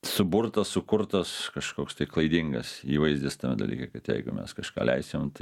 suburtas sukurtas kažkoks tai klaidingas įvaizdis tame dalyke kad jeigu mes kažką leisim tai